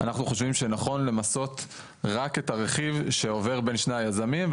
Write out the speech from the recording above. אנחנו חושבים שנכון למסות רק את הרכיב שעובר בין שני היזמים.